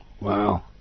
Wow